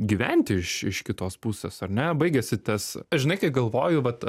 gyventi iš iš kitos pusės ar ne baigiasi tas aš žinai kai galvoju vat